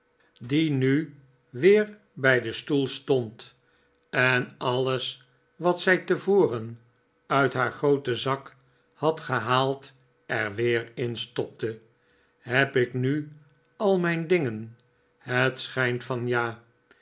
die nu weer bij den stoel stond en alles wat zij tevoren uit haar grooten zak had gehaald er weer in stopte heb ik nu al mijn dingen het schijnt van ja